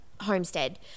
homestead